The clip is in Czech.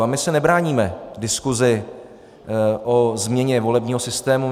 A my se nebráníme diskusi o změně volebního systému.